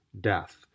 death